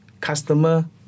customer